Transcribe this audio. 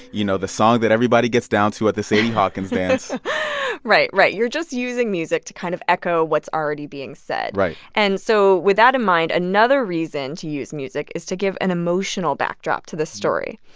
you know, the song that everybody gets down to at the sadie hawkins dance right. right. you're just using music to kind of echo what's already being said right and so, with that in mind, another reason to use music is to give an emotional backdrop to the story.